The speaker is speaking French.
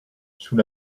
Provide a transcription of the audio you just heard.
sous